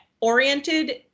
oriented